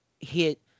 hit